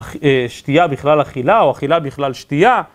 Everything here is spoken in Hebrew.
שתייה בכלל אכילה או אכילה בכלל שתייה